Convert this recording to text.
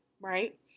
right